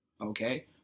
Okay